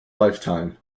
lifetime